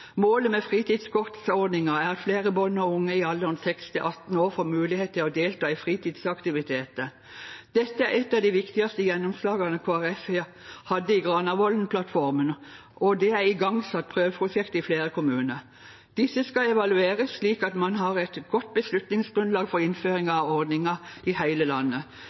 Målet med fritidskortordningen er at flere barn og unge i alderen 6–18 år får mulighet til å delta i fritidsaktiviteter. Dette er et av de viktigste gjennomslagene Kristelig Folkeparti hadde i Granavolden-plattformen, og det er igangsatt prøveprosjekt i flere kommuner. Disse skal evalueres, slik at man har et godt beslutningsgrunnlag for innføring av ordningen i hele landet.